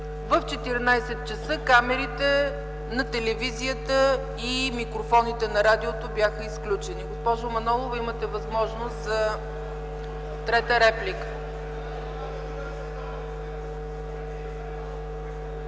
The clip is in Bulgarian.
В 14,00 ч. камерите на телевизията и микрофоните на радиото бяха изключени. Госпожо Манолова, имате възможност за трета реплика.